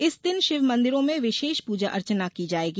इस दिन शिवमंदिरों में विशेष प्रजा अर्चना की जायेगी